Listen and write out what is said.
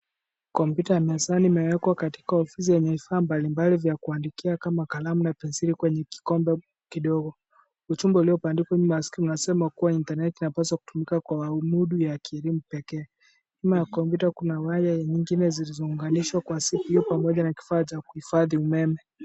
Kompyuta ya mezani imeekwa kwenye meza yenye vifaa mbalimbali ya kuandikia kama kalamu na penseli kwenye kikombe kidogo. Ujumbe umebandikwa kwenye kompyuta. Nyuma ya kompyuta kuna nyaya zingine zilizounganishwa pamoja na vifaa vya kuhifadhi umeme.